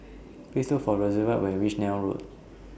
Please Look For Rosevelt when YOU REACH Neil Road